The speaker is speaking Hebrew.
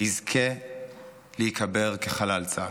יזכה להיקבר כחלל צה"ל.